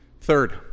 third